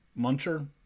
muncher